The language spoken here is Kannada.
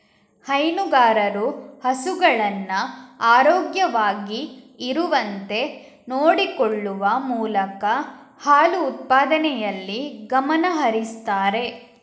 ಹೈನುಗಾರರು ಹಸುಗಳನ್ನ ಆರೋಗ್ಯವಾಗಿ ಇರುವಂತೆ ನೋಡಿಕೊಳ್ಳುವ ಮೂಲಕ ಹಾಲು ಉತ್ಪಾದನೆಯಲ್ಲಿ ಗಮನ ಹರಿಸ್ತಾರೆ